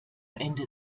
ende